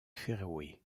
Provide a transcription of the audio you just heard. féroé